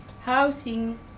housing